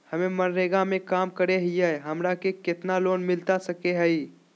हमे मनरेगा में काम करे हियई, हमरा के कितना लोन मिलता सके हई?